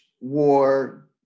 war